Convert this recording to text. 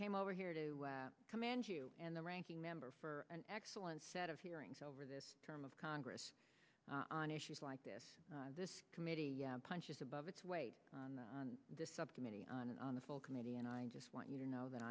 came over here to commend you and the ranking member for an excellent set of hearings over this term of congress on issues like this this committee punches above its weight on the subcommittee on on the full committee and i just want you to know that